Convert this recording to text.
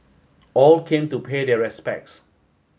all came to pay their respects